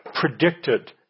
predicted